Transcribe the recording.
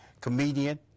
comedian